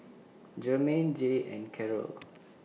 Germaine Jay and Carole